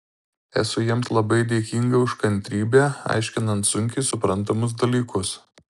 esu jiems labai dėkinga už kantrybę aiškinant sunkiai suprantamus dalykus